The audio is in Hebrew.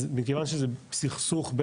אז מכיוון שזה סכסוך,